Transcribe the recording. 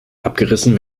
abgerissen